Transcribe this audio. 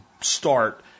start